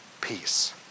peace